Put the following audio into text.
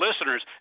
listeners